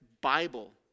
Bible